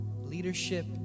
leadership